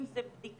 אם זה בדיקה,